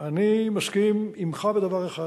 אני מסכים עמך בדבר אחד,